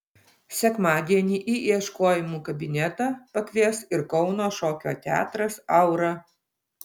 sekmadienį į ieškojimų kabinetą pakvies ir kauno šokio teatras aura